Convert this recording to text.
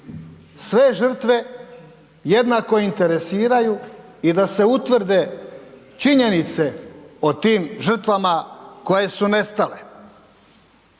sve žrtve jednako interesiraju i da se utvrde činjenice o tim žrtvama koje su nestale.